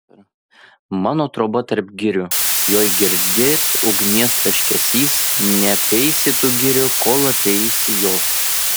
mano troba tarp girių joj girdėt ugnies traškesys neapeisi tų girių kol apeisi jos